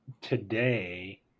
today